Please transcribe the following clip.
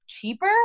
cheaper